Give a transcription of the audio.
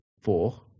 four